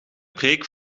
preek